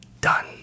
done